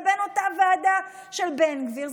לבין אותה ועדה של בן גביר.